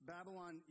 Babylon